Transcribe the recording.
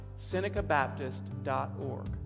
SenecaBaptist.org